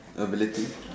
ability